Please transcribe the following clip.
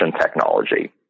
technology